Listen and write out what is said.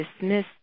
dismiss